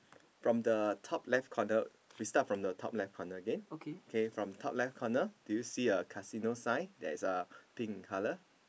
from the top left corner we start from the top left okay K from top left corner do you see a casino sign that is uh pink in colour